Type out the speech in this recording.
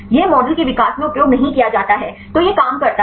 यह मॉडल के विकास में उपयोग नहीं किया जाता है तो यह काम करता है